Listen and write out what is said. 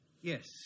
Yes